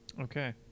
Okay